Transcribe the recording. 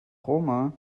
roma